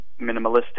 minimalistic